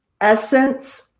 Essence